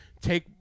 take